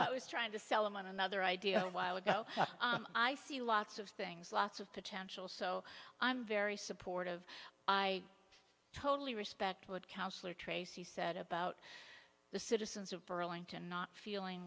i was trying to sell him on another idea while ago i see lots of things lots of potential so i'm very supportive i totally respect what councilor tracy said about the citizens of burlington not feeling